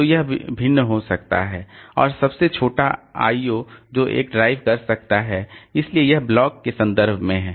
तो यह भिन्न हो सकता है और सबसे छोटा I O जो एक ड्राइव कर सकता है इसलिए यह ब्लॉक के संदर्भ में है